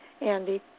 Andy